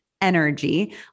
energy